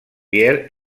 pierre